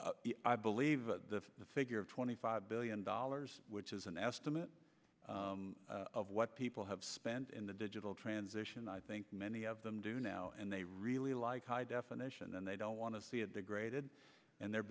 v i believe a the figure of twenty five billion dollars which is an estimate of what people have spent in the digital transition i think many of them do now and they really like high definition and they don't want to see it degraded and they're